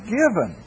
given